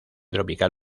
tropical